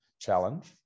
challenge